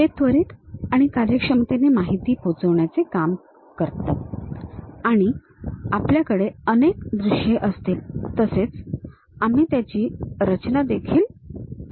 ते त्वरीत आणि कार्यक्षमतेने माहिती पोहोचवण्याचे काम करतातआणि आपल्याकडे अनेक दृश्ये असतील तसेच आम्ही त्यांची रचना देखील आपण सहजपणे तयार करू शकतो